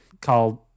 called